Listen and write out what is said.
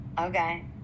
Okay